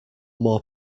more